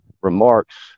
remarks